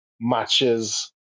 matches